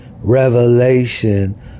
revelation